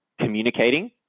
communicating